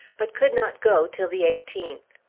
but could not go till the eighteenth.